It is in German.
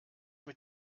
mit